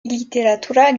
literatura